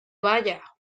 vaya